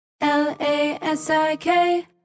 L-A-S-I-K